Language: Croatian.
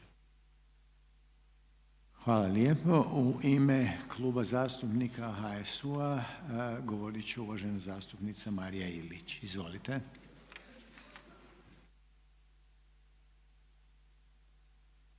Hvala lijepo. U ime Kluba zastupnika HSU-a govoriti će uvažena zastupnica Marija Ilić. Izvolite.